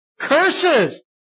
Curses